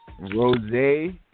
Rosé